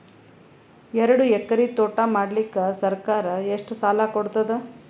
ಎರಡು ಎಕರಿ ತೋಟ ಮಾಡಲಿಕ್ಕ ಸರ್ಕಾರ ಎಷ್ಟ ಸಾಲ ಕೊಡತದ?